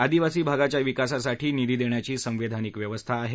आदिवासी भागाच्या विकासासाठी निधी देण्याची संवेधानिक व्यवस्था आहे